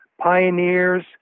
pioneers